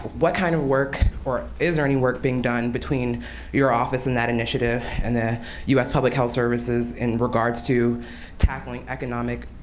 what kind of work, or is there any work being done between your office and that initiative and the us public health services in regards to tackling economic